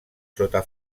sota